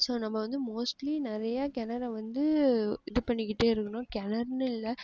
so நம்ம வந்து mostly நிறையா கிணற வந்து இது பண்ணிகிட்டே இருக்கணும் கிணறுனு இல்லை